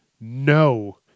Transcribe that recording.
no